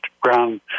ground